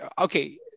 Okay